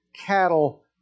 cattle